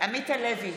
עמית הלוי,